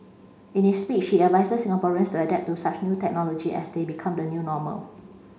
in his speech he advises Singaporeans to adapt to such new technology as they become the new normal